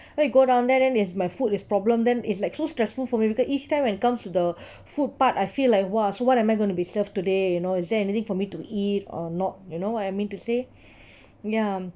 go down there then there's my food is problem then is like so stressful for me because each time when comes to the food part I feel like !wah! so what am I going to be served today you know is there anything for me to eat or not you know what I mean to say ya